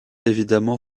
évidemment